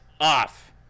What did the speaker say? off